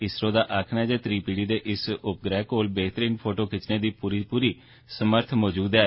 इसरो दा आक्खना ऐ जे त्री पीढी दे इस उपग्रह कोल बेहतरीन फोटो खिच्चने दी समर्थ मजूद ऐ